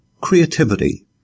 creativity